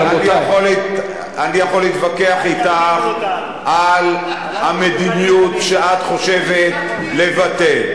אני יכול להתווכח אתך על המדיניות שאת חושבת לבטא.